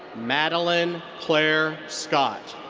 madeline claire scott.